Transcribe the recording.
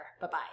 Bye-bye